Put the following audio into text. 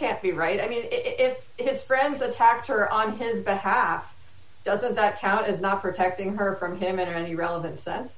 can't be right i mean if his friends attacked her on his behalf doesn't that count as not protecting her from him at any relevance that